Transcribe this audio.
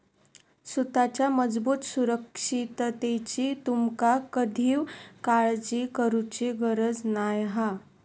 सुताच्या मजबूत सुरक्षिततेची तुमका कधीव काळजी करुची गरज नाय हा